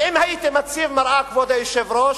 ואם הייתי מציב מראה, כבוד היושב-ראש,